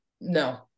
No